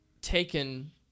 taken